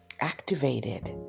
activated